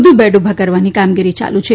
વધુ બેડ ઊભા કરવાની કામગીરી ચાલુ છે